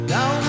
Now